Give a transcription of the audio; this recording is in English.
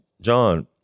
john